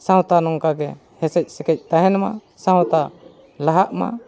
ᱥᱟᱶᱛᱟ ᱱᱚᱝᱠᱟᱜᱮ ᱦᱮᱸᱥᱮᱡ ᱥᱮᱠᱮᱡ ᱛᱟᱦᱮᱱ ᱢᱟ ᱥᱟᱶᱛᱟ ᱞᱟᱦᱟᱜ ᱢᱟ